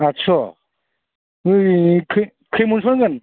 आदस' खै मन फानगोन